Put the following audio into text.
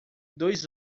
dois